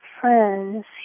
friends